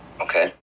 Okay